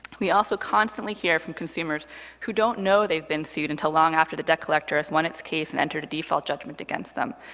we also constantly hear from consumers who don't know they've been sued until long after the debt collector has won its case and entered a default judgment against them.